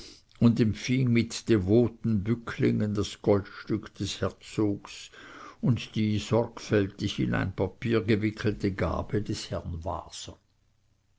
und empfing mit devoten bücklingen das goldstück des herzogs und die sorgfältig in ein papier gewickelte gabe des herrn waser